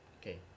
Okay